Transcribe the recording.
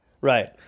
Right